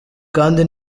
kandi